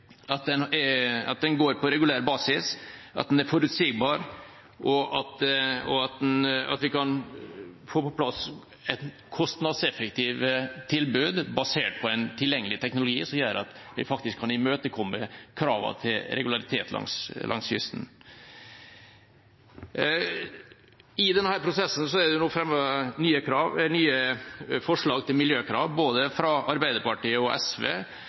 at den går på regulær basis, at den er forutsigbar, og at vi kan få på plass et kostnadseffektivt tilbud basert på en tilgjengelig teknologi som gjør at vi kan imøtekomme kravene til regularitet langs kysten. I denne prosessen er det nå fremmet nye forslag til miljøkrav fra både Arbeiderpartiet og SV,